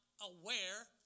aware